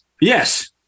Yes